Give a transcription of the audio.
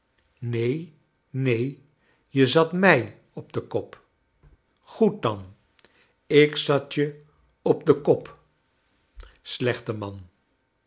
neen neen je zat mij op den kop groed dan ik zat je op den kop slechte man